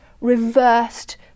reversed